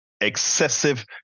excessive